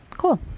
Cool